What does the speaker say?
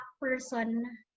person